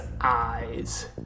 eyes